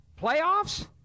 playoffs